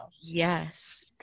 Yes